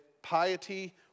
Piety